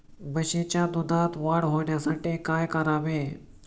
म्हशीच्या दुधात वाढ होण्यासाठी काय करावे?